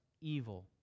evil